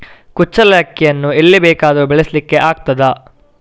ಕುಚ್ಚಲಕ್ಕಿಯನ್ನು ಎಲ್ಲಿ ಬೇಕಾದರೂ ಬೆಳೆಸ್ಲಿಕ್ಕೆ ಆಗ್ತದ?